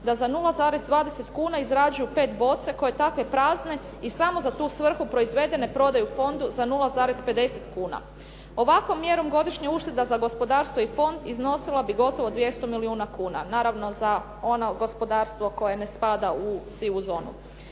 da za 0,20 kuna izrađuju PET boce koje takve prazne i samo za tu svrhu proizvedene, prodaju fondu za 0,50 kuna. Ovakvom mjerom godišnja ušteda za gospodarstvo i fond iznosila bi gotovo 200 milijuna kuna, naravno za ono gospodarstvo koje ne spada u sivu zonu.